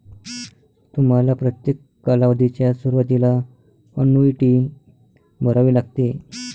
तुम्हाला प्रत्येक कालावधीच्या सुरुवातीला अन्नुईटी भरावी लागेल